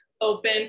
open